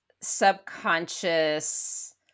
subconscious